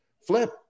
Flip